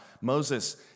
Moses